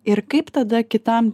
ir kaip tada kitam